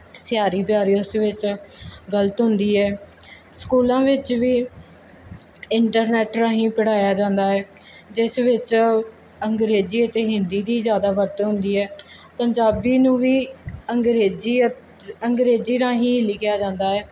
ਸਿਹਾਰੀ ਬਿਹਾਰੀ ਉਸ ਵਿੱਚ ਗਲਤ ਹੁੰਦੀ ਹੈ ਸਕੂਲਾਂ ਵਿੱਚ ਵੀ ਇੰਟਰਨੈਟ ਰਾਹੀਂ ਪੜਾਇਆ ਜਾਂਦਾ ਹੈ ਜਿਸ ਵਿੱਚ ਅੰਗਰੇਜ਼ੀ ਅਤੇ ਹਿੰਦੀ ਦੀ ਜ਼ਿਆਦਾ ਵਰਤੋਂ ਹੁੰਦੀ ਹੈ ਪੰਜਾਬੀ ਨੂੰ ਵੀ ਅੰਗਰੇਜ਼ੀ ਅੰਗਰੇਜ਼ੀ ਰਾਹੀਂ ਲਿਖਿਆ ਜਾਂਦਾ ਹੈ